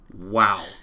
Wow